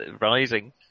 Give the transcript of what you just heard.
rising